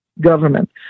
government